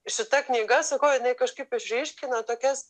šita knyga sakau jinai kažkaip išryškina tokias